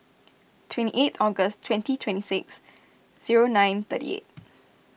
twenty eighth August twenty twenty six zero nine thirty eight